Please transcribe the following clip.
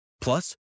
Plus